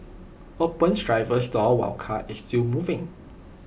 open driver's door while car is still moving